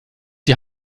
die